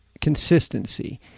consistency